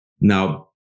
Now